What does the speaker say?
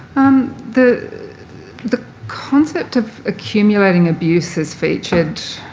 um the the concept of accumulating abuse has featured